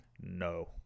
No